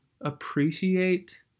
appreciate